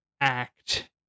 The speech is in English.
act